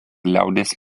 liaudies